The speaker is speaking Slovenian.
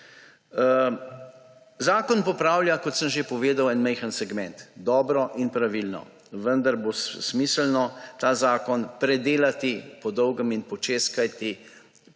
Zakon popravlja, kot sem že povedal, en majhen segment dobro in pravilno, vendar bo smiselno ta zakon predelati po dolgem in počez, kajti